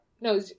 No